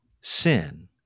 Sin